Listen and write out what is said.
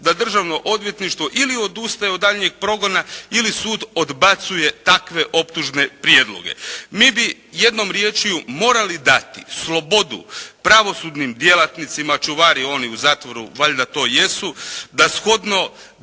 da Državno odvjetništvo ili odustaje od daljnjeg progona ili sud odbacuje takve optužne prijedloge. Mi bi jednom riječju morali dati slobodu pravosudnim djelatnicima. Čuvari, oni u zatvoru valjda to jesu da shodno